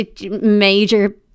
major